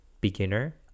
beginner